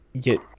get